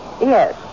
Yes